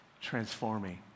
transforming